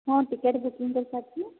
ହଁ ticket booking କରିସାରିଛି